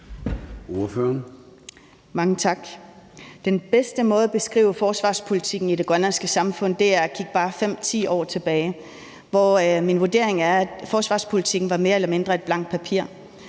Mange tak. Den bedste måde at beskrive forsvarspolitikken i det grønlandske samfund på er at kigge bare 5-10 år tilbage, og min vurdering er, at forsvarspolitikken mere eller mindre var et blankt papir.